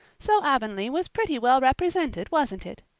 so avonlea was pretty well represented, wasn't it?